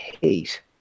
hate